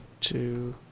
two